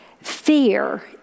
fear